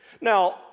Now